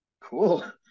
cool